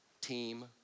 team